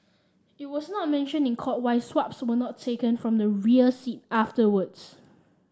it was not mentioned in court why swabs were not taken from the rear seat afterwards